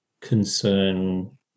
concern